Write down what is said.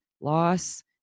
loss